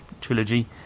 trilogy